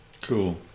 Cool